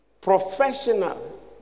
Professional